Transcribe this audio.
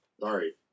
Sorry